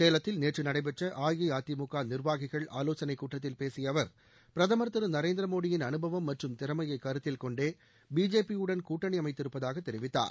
சேலத்தில் நேற்று நடைபெற்ற அஇஅதிமுக நிர்வாகிகள் ஆலோசனைக் கூட்டத்தில் பேசிய அவர் பிரதமர் திரு நரேந்திர மோடியின் அனுபவம் மற்றும் திறமையைக் கருத்தில் கொண்டே பிஜேபியுடன் கூட்டணி அமைத்திருப்பதாகத் தெரிவித்தார்